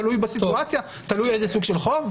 תלוי בסיטואציה, תלוי איזה סוג של חוב.